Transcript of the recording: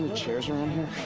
chairs around here?